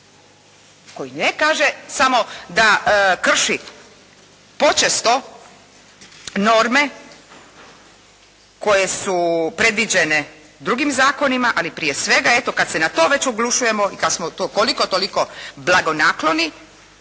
koji ne kaže samo da krši počesto norme koje su predviđene drugim zakonima. Ali prije svega eto kad se na to već oglušujemo i kad smo to koliko toliko blagonakloni,